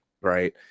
right